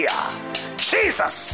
Jesus